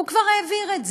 הוא כבר העביר את זה,